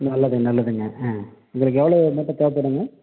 நல்லது நல்லதுங்க ஆ உங்களுக்கு எவ்வளோ மூட்டை தேவைப்படுங்க